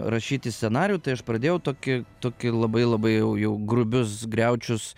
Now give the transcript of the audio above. rašyti scenarijų tai aš pradėjau tokį tokį labai labai jau jau grubius griaučius